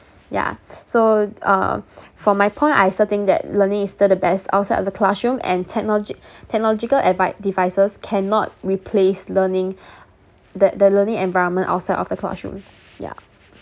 yeah so uh for my point I still think that learning is still the best outside of the classroom and technology technological advi~ devices cannot replace learning the the learning environment outside of the classroom yeah